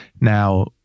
now